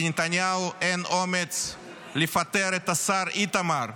לנתניהו אין אומץ לפטר את השר איתמר,